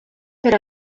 per